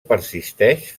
persisteix